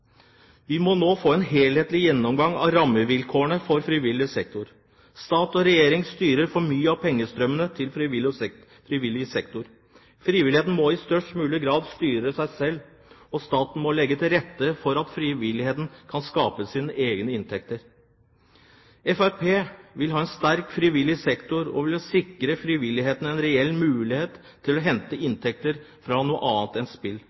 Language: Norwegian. Vi må nå få en helhetlig gjennomgang av rammevilkårene for frivillig sektor. Stat og regjering styrer for mye av pengestrømmene til frivillig sektor. Frivilligheten må i størst mulig grad styre seg selv, og staten må legge til rette for at frivilligheten kan skape sine egne inntekter. Fremskrittspartiet vil ha en sterk frivillig sektor, og vil sikre frivilligheten en reell mulighet til å hente inntekter fra noe annet enn spill.